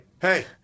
hey